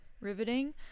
riveting